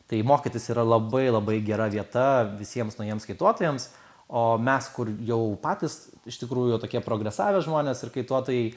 tai mokytis yra labai labai gera vieta visiems naujiems kaituotojams o mes kur jau patys iš tikrųjų tokie progresavę žmonės ir kaituotojai